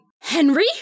Henry